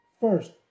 first